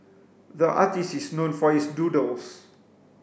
the artist is known for his doodles